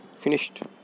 finished